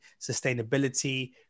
sustainability